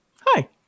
Hi